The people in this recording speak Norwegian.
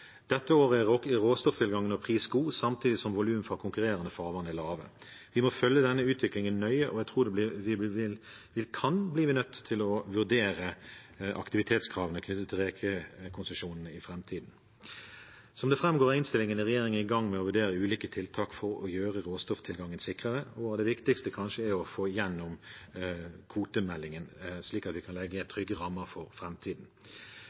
Dette året er råstofftilgangen og prisen god, samtidig som volum fra konkurrerende farvann er lave. Vi må følge denne utviklingen nøye, og jeg tror vi kan bli nødt til å vurdere aktivitetskravene knyttet til rekekonsesjonene i framtiden. Som det framgår av innstillingen, er regjeringen i gang med å vurdere ulike tiltak for å gjøre råstofftilgangen sikrere. Det viktigste er kanskje å få igjennom kvotemeldingen, slik at vi kan legge trygge rammer for